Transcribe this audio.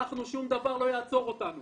שום דבר לא יעצור אותנו